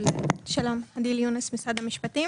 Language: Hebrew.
שלום, הדיל יונס, משרד המשפטים.